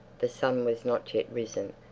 the sun was not yet risen,